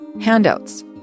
handouts